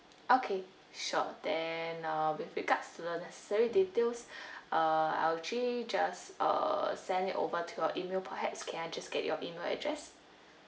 okay sure then uh with regards to the necessary details uh I'll actually just uh send it over to your email perhaps can I just get your email address